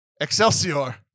Excelsior